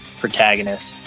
protagonist